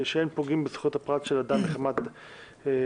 שאין פוגעים בזכויות הפרט של אדם מחמת דת,